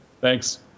Thanks